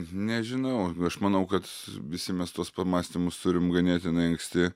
nežinau aš manau kad visi mes tuos pamąstymus turim ganėtinai anksti